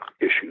issues